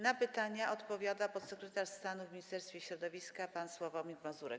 Na pytania odpowiada podsekretarz stanu w Ministerstwie Środowiska pan Sławomir Mazurek.